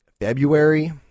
February